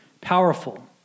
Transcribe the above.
powerful